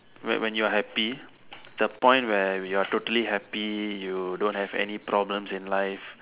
when when you are happy the point where you're totally happy you don't have any problems in life